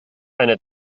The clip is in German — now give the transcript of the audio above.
eine